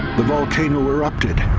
the volcano erupted